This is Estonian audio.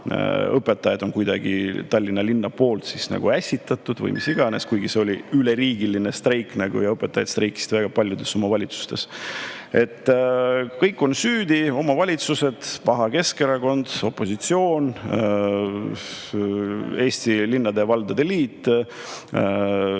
õpetajad on kuidagi Tallinna linna poolt nagu üles ässitatud või mis iganes. Ometi oli see üleriigiline streik ja õpetajad streikisid väga paljudes omavalitsustes. Kõik on süüdi: omavalitsused, paha Keskerakond, opositsioon, Eesti Linnade ja Valdade Liit, needsamad